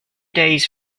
days